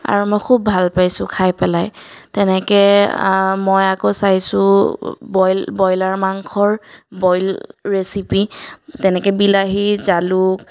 আৰু মই খুব ভাল পাইছোঁ খাই পেলাই তেনেকৈ মই আকৌ চাইছোঁ বইল বইলাৰ মাংসৰ বইল ৰেচিপি তেনেকৈ বিলাহী জালুক